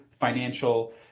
financial